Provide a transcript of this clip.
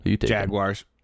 Jaguars